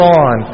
on